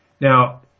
Now